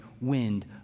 wind